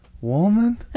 Woman